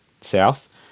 south